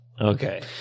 Okay